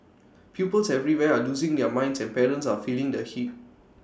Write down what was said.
pupils everywhere are losing their minds and parents are feeling the heat